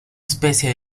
especie